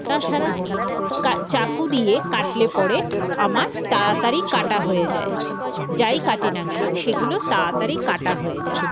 তাছাড়া চাকু দিয়ে কাটলে পরে আমার তাড়াতাড়ি কাটা হয়ে যায় যাই কাটি না কেন সেগুলো তাড়াতাড়ি কাটা হয়ে যায়